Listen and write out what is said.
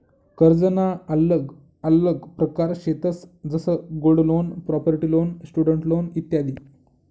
कर्जना आल्लग आल्लग प्रकार शेतंस जसं gold loan, property loan, student loan इत्यादी